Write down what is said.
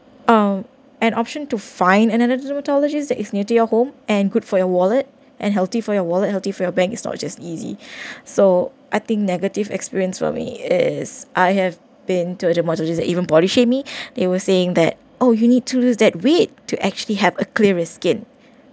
um an option to find another dermatologist that is near to your home and good for your wallet and healthy for your wallet healthy for your bank is not just easy so I think negative experience for me is I have been to a dermatologist is that even body shaming they were saying that oh you need to lose that weight to actually have a clearer skin